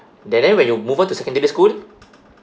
there then when you move on to secondary school